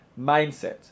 mindset